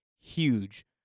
huge